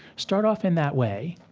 start off in that way.